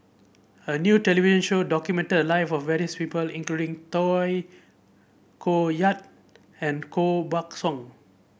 a new television show documented the lives of various people including Tay Koh Yat and Koh Buck Song